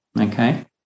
Okay